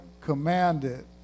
commanded